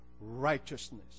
righteousness